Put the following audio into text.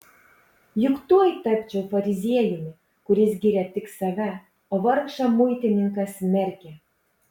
juk tuoj tapčiau fariziejumi kuris giria tik save o vargšą muitininką smerkia